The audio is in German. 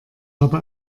habe